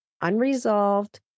unresolved